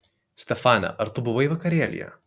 stefane ar tu buvai vakarėlyje